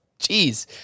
Jeez